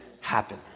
happen